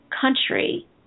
country